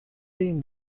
این